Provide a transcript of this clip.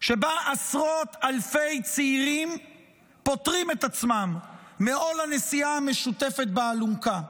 שבה עשרות אלפי צעירים פוטרים את עצמם מעול הנשיאה המשותפת באלונקה.